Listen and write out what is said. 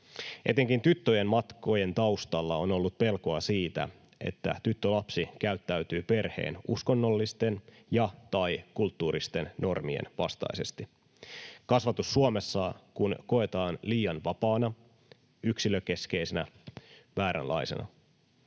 Etenkin tyttöjen matkojen taustalla on ollut pelkoa siitä, että tyttölapsi käyttäytyy perheen uskonnollisten ja/tai kulttuuristen normien vastaisesti, kasvatus Suomessa kun koetaan liian vapaana ja yksilökeskeisenä — vääränlaisena.